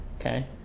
okay